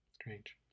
Strange